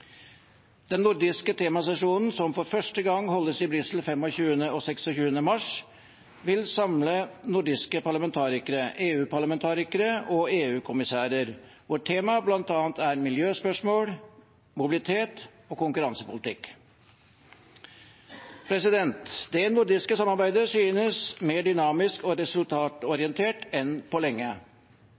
Den nordiske temasesjonen, som for første gang holdes i Brussel 25. og 26. mars, vil samle nordiske parlamentarikere, EU-parlamentarikere og EU-kommissærer. Temaene er bl.a. miljøspørsmål, mobilitet og konkurransepolitikk. Det nordiske samarbeidet synes mer dynamisk og resultatorientert enn på lenge.